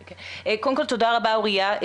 תודה רבה, אוריה.